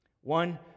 One